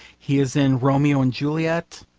he is in romeo and juliet,